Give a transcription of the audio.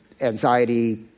anxiety